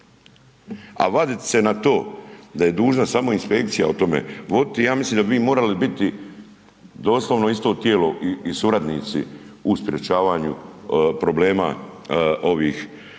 A vadit se na to da je dužna samo inspekcija o tome voditi ja mislim da bi vi morali biti doslovno isto tijelo i suradnici u sprječavanju problema ovih